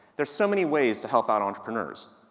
there's so many ways to help out entrepreneurs.